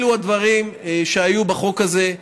אלו הדברים שהיו בחוק הזה,